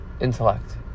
intellect